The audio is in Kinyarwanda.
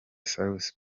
salus